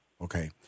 Okay